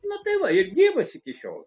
na tai va ir gyvas iki šiol